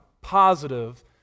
positive